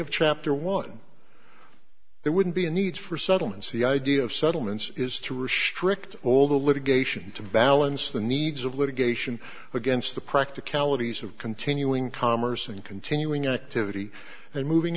of chapter one there wouldn't be a need for settlements the idea of settlements is to restrict all the litigation to balance the needs of litigation against the practicalities of continuing commerce and continuing activity and moving